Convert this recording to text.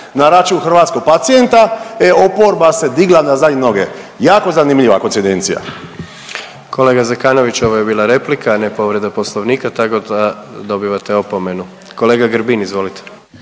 na račun hrvatskog pacijenta e oporba se digla na zadnje noge, jako zanimljivo koincidencija. **Jandroković, Gordan (HDZ)** Kolega Zekanović, ovo je bila replika, a ne povreda poslovnika tako da dobivate opomenu. Kolega Grbin, izvolite.